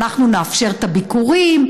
שאנחנו נאפשר את הביקורים,